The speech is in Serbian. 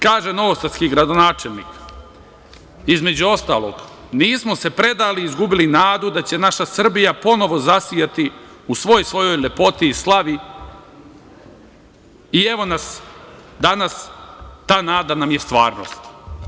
Kaže novosadski gradonačelnik - između ostalog nismo se predali, izgubili nadu da će naša Srbija ponovo zasijati u svoj svojoj lepoti i slavi, i evo nas danas, ta nada nam je stvarnost.